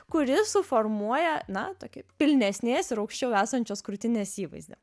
kuri suformuoja na tokį pilnesnės ir aukščiau esančios krūtinės įvaizdį